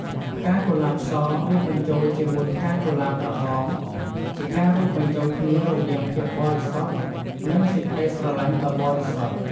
ផ្កាកុលាបស រួមបញ្ចូលជាមួយផ្កាកុលាបក្រហម ជាការរួមបញ្ចូលគ្នារវាងភាពបរិសុទ្ធ និងសេចក្តីស្រឡាញ់ដ៏បរិសុទ្ធ។